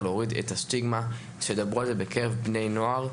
את הסטיגמה ושידברו על זה בקרב בני נוער.